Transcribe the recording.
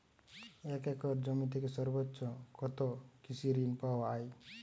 এক একর জমি থেকে সর্বোচ্চ কত কৃষিঋণ পাওয়া য়ায়?